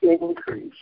increase